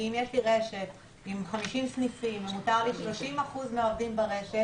כי אם יש לי רשת עם 50 סניפים ומותר לי 30% מהעובדים ברשת,